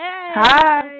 Hi